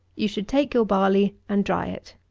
you should take your barley and dry it.